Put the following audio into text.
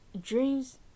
dreams